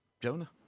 Jonah